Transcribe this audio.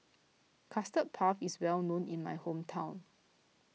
Custard Puff is well known in my hometown